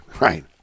Right